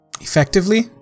effectively